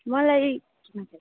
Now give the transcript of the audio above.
मलाई